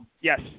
Yes